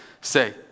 say